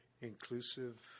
inclusive